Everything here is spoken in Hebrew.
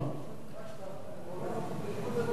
בבקשה, אדוני השר.